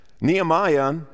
Nehemiah